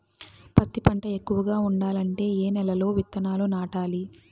పత్తి పంట ఎక్కువగా పండాలంటే ఏ నెల లో విత్తనాలు నాటాలి?